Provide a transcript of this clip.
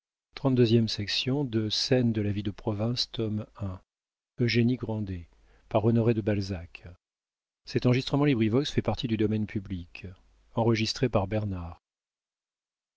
de de de la vie de province tome i author honoré de balzac